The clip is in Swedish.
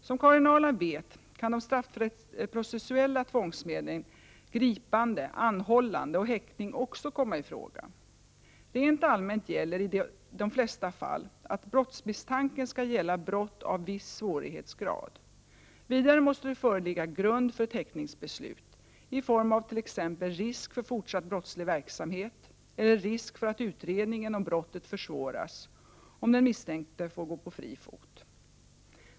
Som Karin Ahrland vet kan de straffprocessuella tvångsmedlen gripande, anhållande och häktning också komma i fråga. Rent allmänt gäller i de flesta fall att brottsmisstanken skall gälla brott av viss svårhetsgrad. Vidare måste det föreligga grund för ett häktningsbeslut i form av t.ex. risk för fortsatt brottslig verksamhet eller risk för att utredningen av brottet försvåras, om den misstänkte är på fri fot.